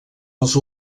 els